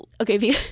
okay